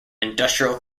industrial